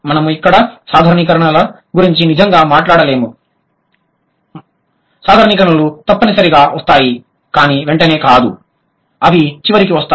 మనము ఇక్కడ సాధారణీకరణల గురించి నిజంగా మాట్లాడటం లేదు సాధారణీకరణలు తప్పనిసరిగా వస్తాయి కానీ వెంటనే కాదు అవి చివరికి వస్తాయి